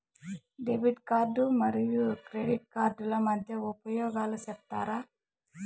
Debit card మరియు credit కార్డుల ముఖ్య ఉపయోగాలు సెప్తారా?